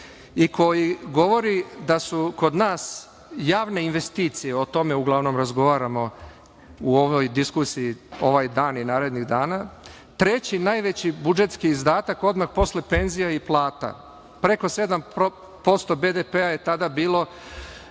i koji govori da su kod nas javne investicije, o tome uglavnom razgovaramo u ovoj diskusiji ovaj dan i narednih dana, treći najveći budžetski izdatak odmah posle penzija i plata. Preko 7% BDP-a je tada bilo